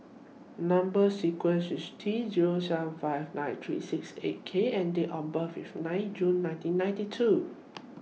Number sequence IS T Zero seven five nine three six eight K and Date of birth IS nine June nineteen ninety two